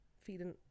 feeding